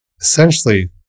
essentially